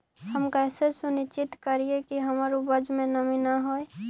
हम कैसे सुनिश्चित करिअई कि हमर उपज में नमी न होय?